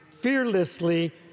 fearlessly